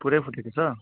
पुरै फुटेको छ